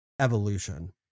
evolution